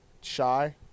shy